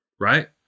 right